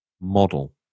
Model